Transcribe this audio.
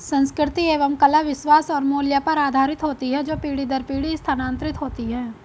संस्कृति एवं कला विश्वास और मूल्य पर आधारित होती है जो पीढ़ी दर पीढ़ी स्थानांतरित होती हैं